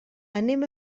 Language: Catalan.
anem